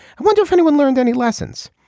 i wonder if anyone learned any lessons.